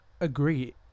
agree